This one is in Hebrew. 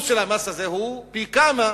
הוא פי כמה